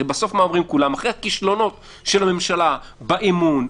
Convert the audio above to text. אחרי הכישלונות של הממשלה באמון,